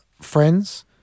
friends